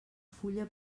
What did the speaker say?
fulla